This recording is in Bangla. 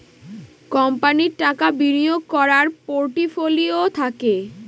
কোম্পানির টাকা বিনিয়োগ করার পোর্টফোলিও থাকে